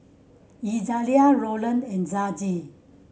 Izaiah Rolland and Dezzie